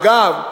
אגב,